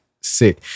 sick